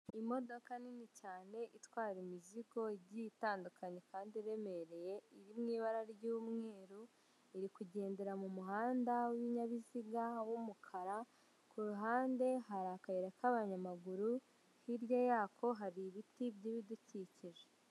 Imodoka nini cyane itwaye imizigo igiye itandukanye kandi iremereye, iri mu ibara ry'umweru, iri kugendera mu muhanda w'ibinyabiziga w'umukara, kuruhande hari akayira k'abanyamaguru, hirya yako hari ibiti by'ibidukikije.